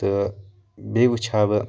تہٕ بیٚیہِ وُچھ ہا بہٕ